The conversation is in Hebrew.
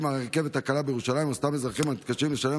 מהרכבת הקלה בירושלים או סתם אזרחים המתקשים לשלם